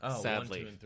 sadly